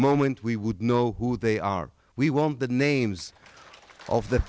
moment we would know who they are we want the names of the